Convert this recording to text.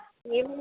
payment